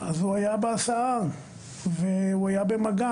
אז הוא היה בהסעה והוא היה במגע.